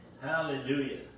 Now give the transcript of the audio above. Hallelujah